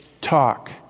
talk